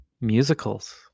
musicals